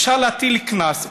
אפשר להטיל קנס.